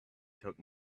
took